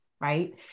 right